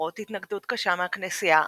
למרות התנגדות קשה מהכנסייה,